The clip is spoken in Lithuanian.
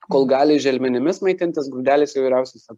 kol gali želmenimis maitintis grūdeliais įvairiausiais ten